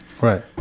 right